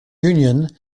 union